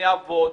אני אעבוד,